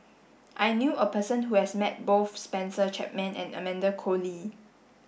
I knew a person who has met both Spencer Chapman and Amanda Koe Lee